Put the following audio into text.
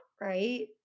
right